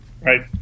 Right